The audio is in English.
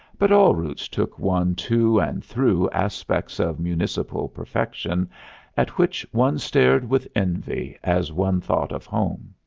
but all routes took one to and through aspects of municipal perfection at which one stared with envy as one thought of home.